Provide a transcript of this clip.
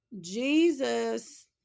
jesus